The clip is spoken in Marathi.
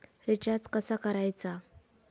रिचार्ज कसा करायचा?